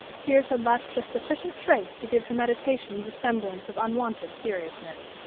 tears had left just sufficient trace to give her meditations a semblance of unwonted seriousness.